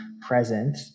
present